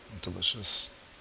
Delicious